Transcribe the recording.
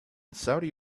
saudi